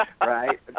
Right